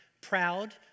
proud